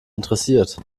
interessiert